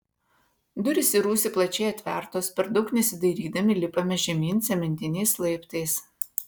durys į rūsį plačiai atvertos per daug nesidairydami lipame žemyn cementiniais laiptais